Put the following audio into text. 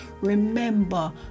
remember